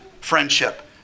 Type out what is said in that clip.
friendship